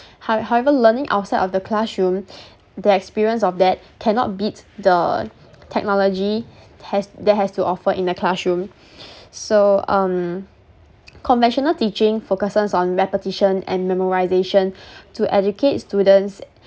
how~ however learning outside of the classroom the experience of that cannot beat the technology has that has to offer in a classroom so um conventional teaching focuses on repetition and memorisation to educate students